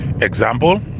Example